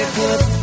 good